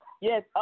Yes